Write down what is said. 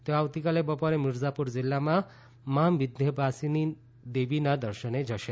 તેઓ આવતીકાલે બપોરે મીરઝાપુર જીલ્લામાં મા વિંઘ્યવાસિનીદેવીના દર્શને જશે